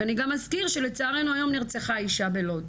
אני גם אזכיר שלצערנו היום נרצחה אישה בלוד.